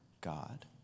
God